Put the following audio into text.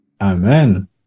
Amen